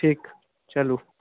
ठीक चलू